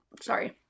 sorry